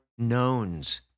knowns